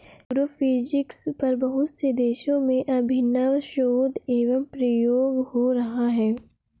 agrophysics पर बहुत से देशों में अभिनव शोध एवं प्रयोग हो रहा है